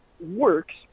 works